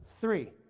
three